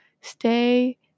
stay